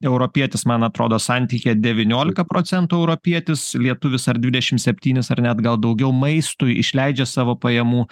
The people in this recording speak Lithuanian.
europietis man atrodo santykyje devyniolika procentų europietis lietuvis ar dvidešimt septynis ar net gal daugiau maistui išleidžia savo pajamų